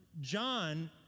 John